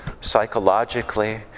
psychologically